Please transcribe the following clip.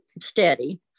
steady